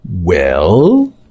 Well